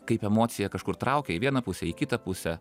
kaip emocija kažkur traukia į vieną pusę į kitą pusę